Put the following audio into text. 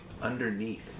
underneath